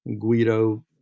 guido